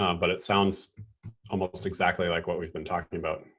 um but it sounds almost exactly like what we've been talking about.